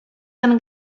gonna